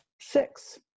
six